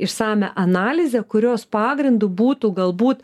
išsamią analizę kurios pagrindu būtų galbūt